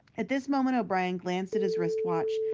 at this moment o'brien glanced at his wrist-watch,